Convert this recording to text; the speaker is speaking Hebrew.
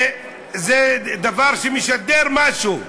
זה דבר שמשדר משהו.